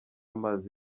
amazi